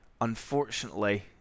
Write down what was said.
Unfortunately